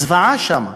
זוועה שם.